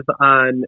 on